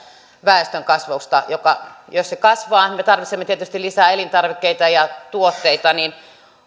väestönkasvusta että jos se kasvaa niin me tarvitsemme tietysti lisää elintarvikkeita ja tuotteita niin